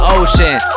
ocean